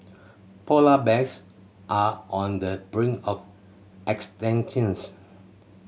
polar bears are on the brink of